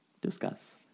discuss